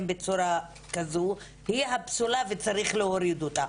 בצורה כזאת היא הפסולה וצריך להוריד אותה,